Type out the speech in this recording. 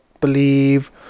believe